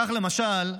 כך למשל: